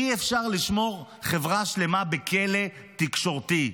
אי-אפשר לשמור חברה שלמה בכלא תקשורתי.